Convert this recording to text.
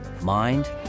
mind